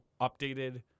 updated –